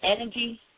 energy